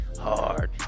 hard